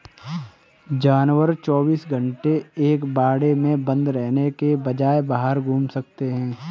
जानवर चौबीस घंटे एक बाड़े में बंद रहने के बजाय बाहर घूम सकते है